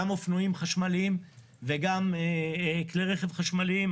גם אופנועים חשמליים וגם כלי רכב חשמליים.